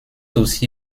aussi